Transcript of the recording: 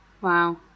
Wow